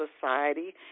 Society